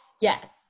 Yes